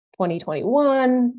2021